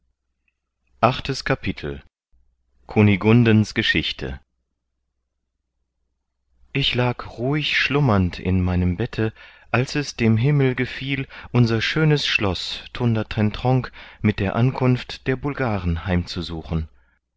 achtes kapitel kunigundens geschichte ich lag ruhig schlummernd in meinem bette als es dem himmel gefiel unser schönes schloß thundertentronckh mit der ankunft der bulgaren heimzusuchen